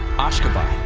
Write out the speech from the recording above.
ashgabat,